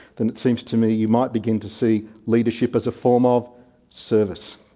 then it seems to me you might begin to see leadership as a form of service.